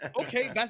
okay